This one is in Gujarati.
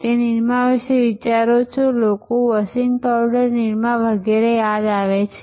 તમે નિરમા વિશે વિચારો છો લોકોને વોશિંગ પાવડર નિરમા વગેરે યાદ આવે છે